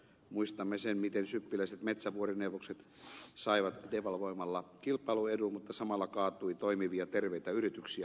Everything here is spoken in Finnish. muistamme sen miten syppiläiset metsävuorineuvokset saivat devalvoimalla kilpailuedun mutta samalla kaatui toimivia terveitä yrityksiä valuuttalainoihin